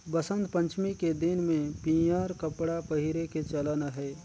बसंत पंचमी के दिन में पीयंर कपड़ा पहिरे के चलन अहे